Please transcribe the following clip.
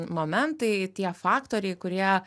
momentai tie faktoriai kurie